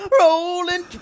rolling